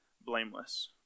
blameless